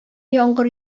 яңгыр